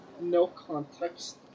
no-context